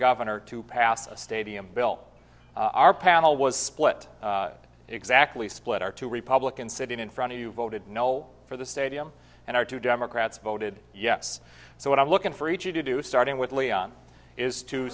governor to pass a stadium bill our panel was split exactly split our two republicans sitting in front of you voted no for the stadium and our two democrats voted yes so what i'm looking for easy to do starting with leon is to